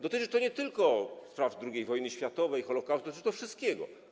Dotyczy to nie tylko spraw II wojny światowej i Holokaustu, dotyczy to wszystkiego.